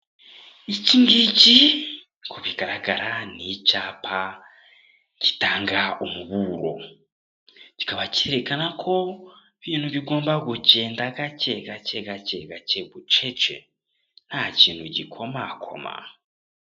Ikingiki nk'uko bigaragara ni icyapa gitanga umuburo, kikaba cyerekana ko ibintu bigomba kugenda gakegake, gakegake, gakegake bucece, nta kintu gikomakoma.